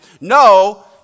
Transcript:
No